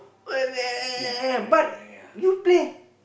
but you play